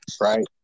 right